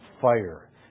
fire